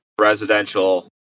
residential